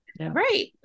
Right